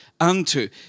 unto